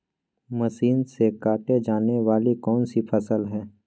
Machine से काटे जाने वाली कौन सी फसल है?